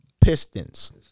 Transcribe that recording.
Pistons